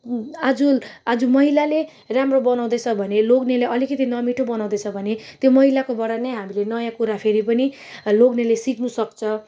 आज आज महिलाले राम्रो बनाउँदैछ भने लोग्नेले अलिकति नमिठो बनाउँदैछ भने त्यो महिलाकोबाट नै हामीले नयाँ कुरा फेरि पनि लोग्नेले सिक्नु सक्छ